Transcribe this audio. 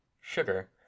sugar